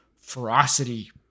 ferocity